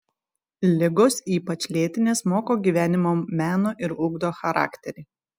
ligos ypač lėtinės moko gyvenimo meno ir ugdo charakterį